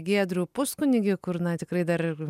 giedrių puskunigį kur na tikrai dar ir